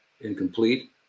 Incomplete